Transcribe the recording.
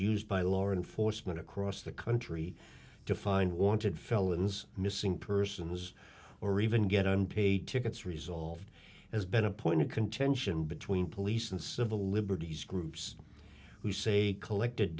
used by lauren foresman across the country to find wanted felons missing persons or even get unpaid tickets resolved has been a point of contention between police and civil liberties groups who say collected